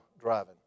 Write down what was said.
driving